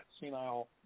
senile